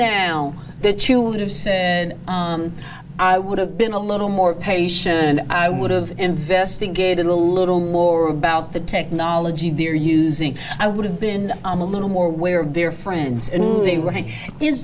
now that you would have said i would have been a little more patient and i would have investigated a little more about the technology they're using i would have been i'm a little more wary of their friends and they